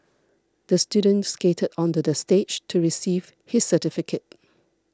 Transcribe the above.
the student skated onto the stage to receive his certificate